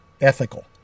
ethical